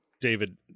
David